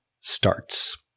starts